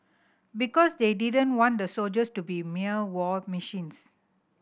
because they didn't want the soldiers to be mere war machines